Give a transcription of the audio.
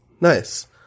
Nice